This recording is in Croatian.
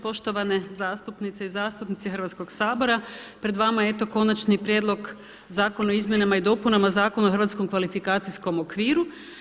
Poštovane zastupnice i zastupnici Hrvatskog sabora, pred vama je eto Konačni prijedlog Zakona o izmjenama i dopuna Zakona o Hrvatskom kvalifikacijskom okviru.